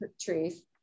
truth